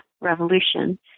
Revolution